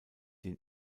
den